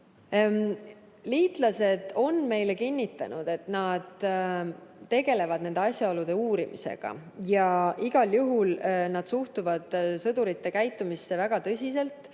ole. Liitlased on meile kinnitanud, et nad tegelevad nende asjaolude uurimisega. Igal juhul suhtuvad nad sõdurite käitumisse väga tõsiselt,